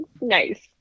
Nice